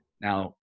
Now